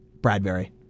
Bradbury